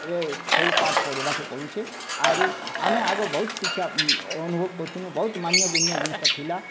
ଏବେ ସବୁ ପାଠ୍ ପଢ଼ବାକେ ପଡ଼ୁଛେ ଆରୁ ଆମେ ଆଗେ ବହୁତ ଶିକ୍ଷା ଅନୁଭବ କରୁଥିନୁ ବହୁତ ମାନ୍ୟ ଗୁନ୍ୟ ଜିନିଷଟା ଥିଲା